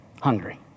Hungry